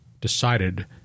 decided